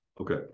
Okay